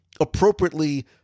appropriately